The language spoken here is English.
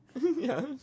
Yes